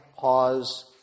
pause